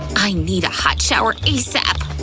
i need a hot shower asap!